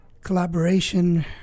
Collaboration